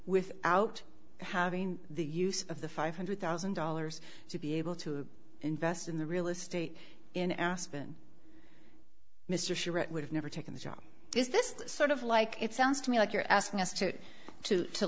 without having the use of the five hundred thousand dollars to be able to invest in the real estate in aspen mr sure it would have never taken the job is this sort of like it sounds to me like you're asking us to to to